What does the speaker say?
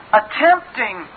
attempting